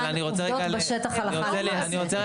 הוא נתן עובדות בשטח הלכה למעשה.